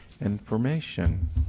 information